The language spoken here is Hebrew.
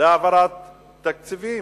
להעברת תקציבים,